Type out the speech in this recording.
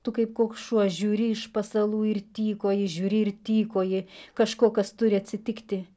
tu kaip koks šuo žiūri iš pasalų ir tykoji žiūri ir tykoji kažko kas turi atsitikti